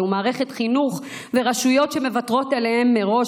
ומערכת חינוך ורשויות שמוותרות עליהם מראש,